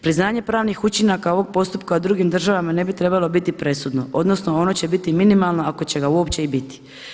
Priznaje pravnih učinaka ovog postupka u drugim državama ne bi trebalo biti presudno odnosno ono će biti minimalno ako će ga uopće i biti.